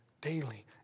daily